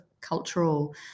cultural